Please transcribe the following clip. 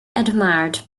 admired